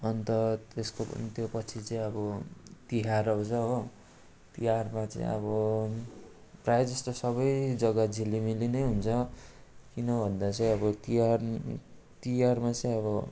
अन्त त्यसको पनि त्यो पछि चाहिँ अब तिहार आउँछ हो तिहारमा चाहिँ अब प्रायःजस्तो सबै जग्गा झिलिमिली नै हुन्छ किन भन्दा चाहिँ अब तिहार तिहारमा चाहिँ अब